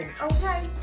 Okay